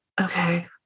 Okay